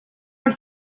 are